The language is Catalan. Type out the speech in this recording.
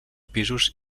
pisos